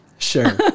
sure